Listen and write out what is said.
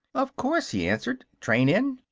of course, he answered. train in?